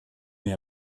mir